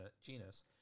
genus